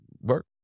work